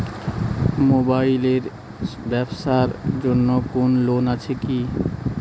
Mobile এর ব্যাবসার জন্য কোন লোন আছে কি?